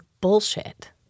bullshit